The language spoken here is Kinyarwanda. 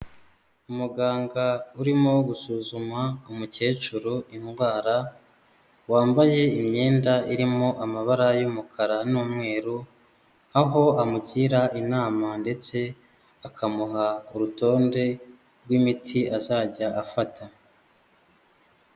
Umuganga urimo gusuzuma umukecuru indwara, wambaye imyenda irimo amabara y'umukara n'umweru, aho amugira inama, ndetse akamuha urutonde rw'imiti azajya afata.